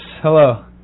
hello